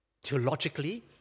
Theologically